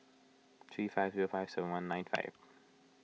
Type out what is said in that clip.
three five zero five seven one nine five